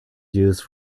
used